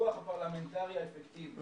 פיקוח פרלמנטרי אגרסיבי.